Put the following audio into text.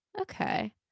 okay